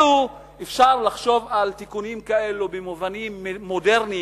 אפשר לחשוב על תיקונים כאלו במובנים מודרניים,